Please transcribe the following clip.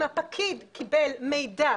אם הפקיד קיבל מידע